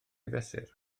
fesur